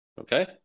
Okay